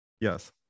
Yes